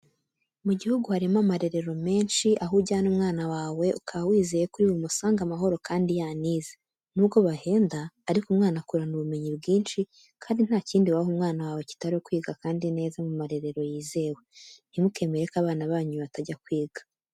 Mu gihugu harimo amarerero menshi aho ujyana umwana wawe ukaba wizeye ko uri bumusange amahoro kandi yanize. Nubwo bahenda ariko umwana akurana ubumenyi bwinshi kandi ntakindi waha umwana wawe kitari ukwiga kandi neza mu marerero yizewe. Ntimukemere ko abana banyu batajya kwiga.